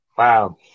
Wow